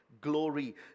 Glory